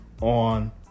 on